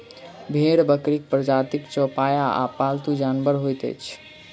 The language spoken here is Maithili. भेंड़ बकरीक प्रजातिक चौपाया आ पालतू जानवर होइत अछि